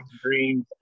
dreams